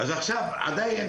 אז עכשיו עדיין